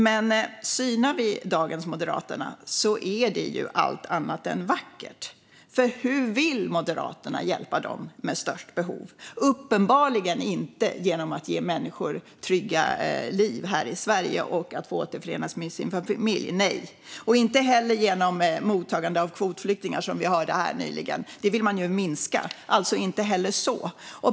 Men om vi synar dagens moderater är det ju allt annat än vackert, för hur vill Moderaterna hjälpa dem med störst behov? Uppenbarligen är det inte genom att ge människor trygga liv här i Sverige och att få återförenas med sina familjer, nej, och inte heller genom mottagande av kvotflyktingar, som vi nyligen hörde här att man vill minska.